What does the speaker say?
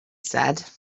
said